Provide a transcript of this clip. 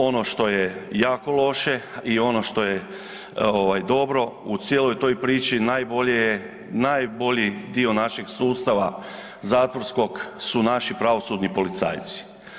Ono što je jako loše i ono što je ovaj dobro, u cijeloj toj priči najbolje je, najbolji dio našeg sustava zatvorskog su naši pravosudni policajci.